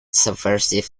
subversive